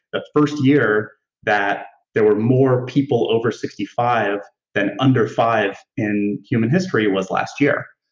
the first year that there were more people over sixty five than under five in human history was last year.